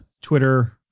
Twitter